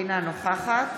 אינה נוכחת